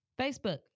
Facebook